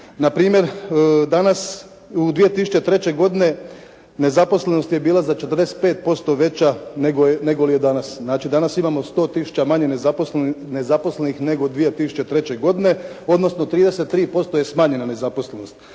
Npr. 2003. godine nezaposlenost je bila za 45% veća nego li je danas. Znači, danas imamo 100 tisuća manje nezaposlenih nego 2003. godine, odnosno 33% je smanjena nezaposlenost.